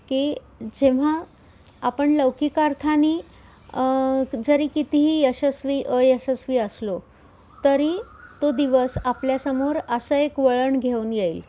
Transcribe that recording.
की जेव्हा आपण लौकिकार्थानी जरी कितीही यशस्वी अयशस्वी असलो तरी तो दिवस आपल्यासमोर असं एक वळण घेऊन येईल